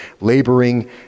laboring